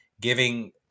giving